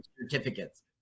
certificates